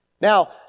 Now